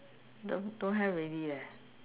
don't don't have already leh